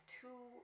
two